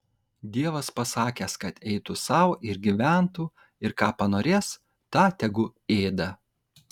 dievas pasakęs kad eitų sau ir gyventų ir ką panorės tą tegu ėda